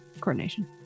coordination